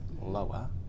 lower